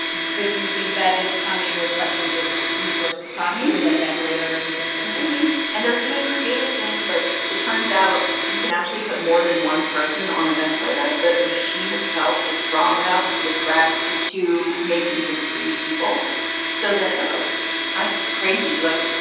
but do you think that is coming with questions of resources, possibly like ventilators and things like that? maybe. and they're doing creative things. like, it turns out you can actually put more than one person on a ventilator. the machine itself is strong enough to give breaths to two, maybe even three people so that. oh. which is kind of crazy. like,